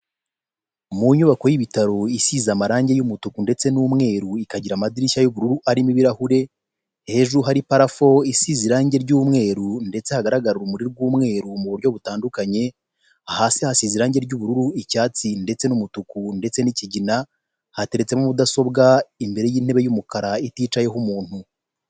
Mu nyubako y'ibitaro isize amarange y'umutuku ndetse n'umweru ikagira amadirishya y'ubururu arimo ibirahure, hejuru hari parafo isize irange ry'umweru ndetse hagaragara urumuri rw'umweru mu buryo butandukanye, hasi hasize irange ry'ubururu, icyatsi ndetse n'umutuku ndetse n'ikigina hateretsemo mudasobwa imbere y'intebe y'umukara iticayeho umuntu.